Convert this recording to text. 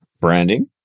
branding